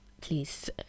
please